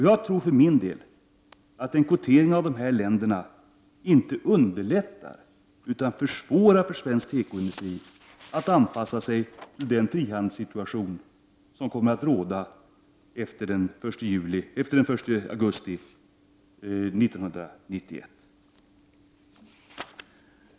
Jag tror för min del att en kvotering av de här länderna inte underlättar, utan försvårar för svensk tekoindustri att anpassa sig till den frihandelssituation som kommer att råda efter den 1 augusti 1991.